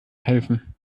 helfen